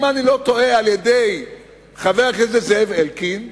אם אני לא טועה, על-ידי חבר הכנסת זאב אלקין,